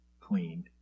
cleaned